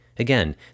Again